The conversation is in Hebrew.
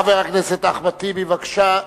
חבר הכנסת אחמד טיבי, בבקשה.